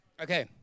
Okay